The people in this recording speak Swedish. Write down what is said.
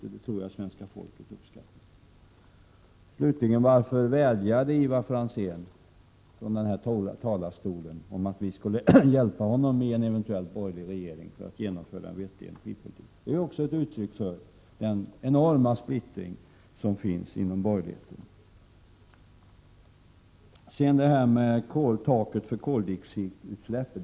Jag tror att svenska folket uppskattar att vi kan göra det. Varför vädjade Ivar Franzén från denna talarstol om att vi skulle hjälpa en eventuell borgerlig regering när det gäller att genomföra en vettig energipoli tik? Det är väl ett uttryck för den enorma splittring som finns inom 51 borgerligheten. Sedan till detta med ett tak för koldioxidutsläppen.